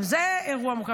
גם זה אירוע מורכב.